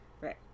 Right